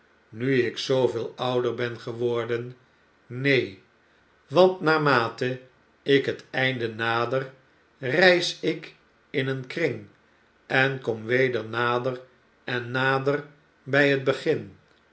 nu ik zooveel ouder bengeworden neen want naarmate ik het einde nader reis ik in een kring en kom weder nader en nader bjj het begin